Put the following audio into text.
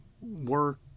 work